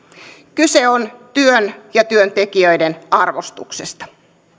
kyse on työn ja työntekijöiden arvostuksesta